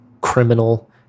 criminal